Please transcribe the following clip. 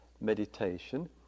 meditation